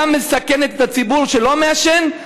גם מסכנת את הציבור שלא מעשן,